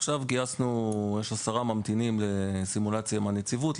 עכשיו יש 10 ממתינים לסימולציה מהנציבות,